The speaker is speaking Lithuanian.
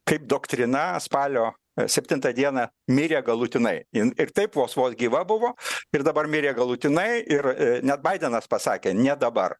kaip doktrina spalio septintą dieną mirė galutinai jin ir taip vos vos gyva buvo ir dabar mirė galutinai ir net baidenas pasakė ne dabar